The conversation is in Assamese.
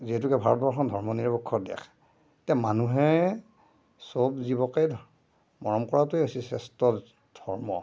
যিহেতুকে ভাৰতবৰ্ষ এখন ধৰ্ম নিৰপেক্ষ দেশ এতিয়া মানুহে চব জীৱকেই মৰম কৰাটোৱেই হৈছে শ্ৰেষ্ঠ ধৰ্ম